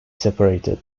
separated